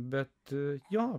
bet jo